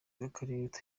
bw’akarere